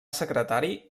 secretari